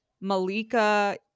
Malika